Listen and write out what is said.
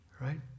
Right